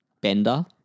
bender